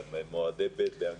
מועדי ב' באנגלית,